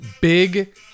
big